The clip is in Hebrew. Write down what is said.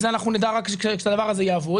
כי את זה אנחנו נדע רק כשהדבר הזה יעבוד,